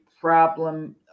problem